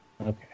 okay